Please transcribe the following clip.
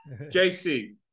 JC